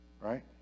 right